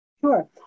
Sure